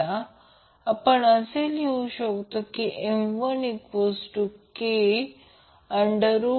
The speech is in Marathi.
तर आपण ज्याला 0 असे म्हणतो ते तसे असणे आवश्यक आहे ज्यासाठी सर्किट रेझोनन्समध्ये आहे